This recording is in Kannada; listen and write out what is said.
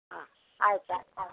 ಹಾಂ ಆಯಿತಾ ಆಯ್ತು